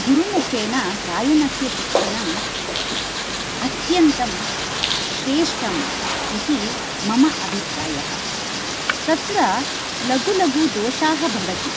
गुरुमुखेन गायनस्य शिक्षणम् अत्यन्तं श्रेष्ठम् इति मम अभिप्रायः तत्र लघुलघुदोषाः भवति